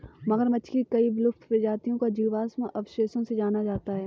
मगरमच्छ की कई विलुप्त प्रजातियों को जीवाश्म अवशेषों से जाना जाता है